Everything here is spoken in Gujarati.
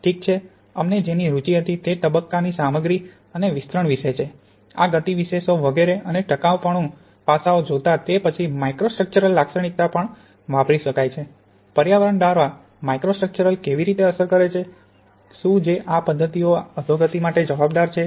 ઠીક છે અમને જેની રુચિ હતી તે તબક્કાની સામગ્રી અને વિતરણ વિશે છે આ ગતિવિશેષો વગેરે અને ટકાઉપણું પાસાઓ જોતા તે પછી માઇક્રોસ્ટ્રક્ચરલ લાક્ષણિકતા પણ વાપરી શકાય છે પર્યાવરણ દ્વારા માઇક્રોસ્ટ્રક્ચર કેવી રીતે અસર કરે છે શું જે આ પદ્ધતિઓના અધોગતિ માટે જવાબદાર છે